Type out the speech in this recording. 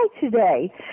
today